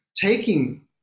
taking